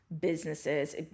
businesses